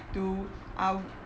do are